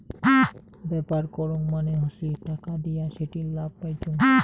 ব্যাপার করং মানে হসে টাকা দিয়া সেটির লাভ পাইচুঙ